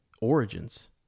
origins